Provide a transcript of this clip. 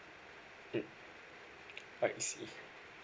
I see